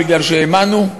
כי האמנו.